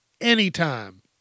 anytime